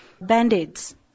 band-aids